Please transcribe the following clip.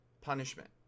punishment